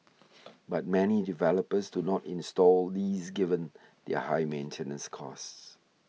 but many developers do not install these given their high maintenance costs